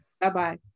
Bye-bye